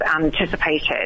anticipated